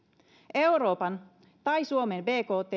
euroopan tai suomen bkt